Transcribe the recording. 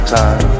time